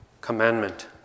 commandment